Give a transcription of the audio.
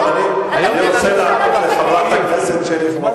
אבל אני רוצה לענות לחברת הכנסת שלי יחימוביץ.